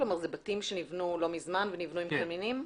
אלה בתים שנבנו לא מזמן ונבנו עם קמינים?